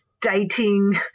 dating